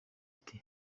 ati